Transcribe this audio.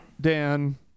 Dan